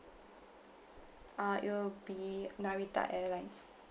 uh it will be narita airlines